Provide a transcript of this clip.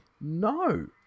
No